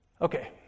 Okay